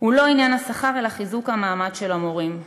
הוא לא עניין השכר, אלא חיזוק המעמד של המורים.